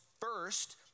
first